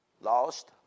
lost